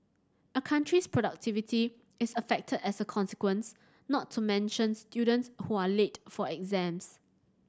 a country's productivity is affected as a consequence not to mention students who are late for exams